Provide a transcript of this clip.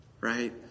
Right